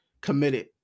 committed